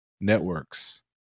networks